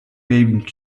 bathing